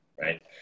right